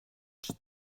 czy